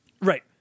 right